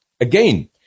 again